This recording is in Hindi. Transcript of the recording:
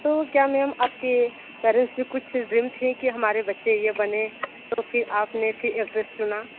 तो क्या मैम आपके पेरेंट्स के भी कुछ ड्रीम्स थे कि हमारे बच्चे ये बने तो फिर आपने फिर चुना